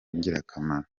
ingirakamaro